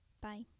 Bye